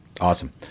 Awesome